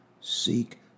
Seek